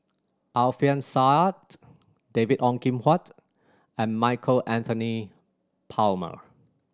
Alfian Sa'at David Ong Kim Huat and Michael Anthony Palmer